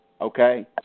okay